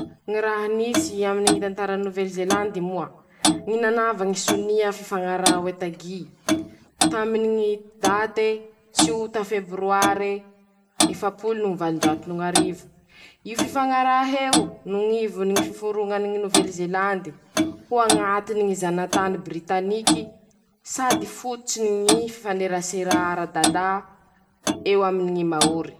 Ñy raha nisy aminy ñy tantarany Novely zelandy moa: ñy nanava ñy sonia fifañaraha hoe tañy, taminy ñy date tsiota febroare efapolo no ñy valonjato no ñ'arivo, io fifañarah'eo, noho ñ'ivony ñy fiforoñany Novely zelandy ho añatiny ñy zanatany britaniky, sady fototsy ny ñy fifanerasera aradalà eo aminy ñy maory.